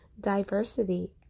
diversity